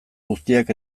guztiak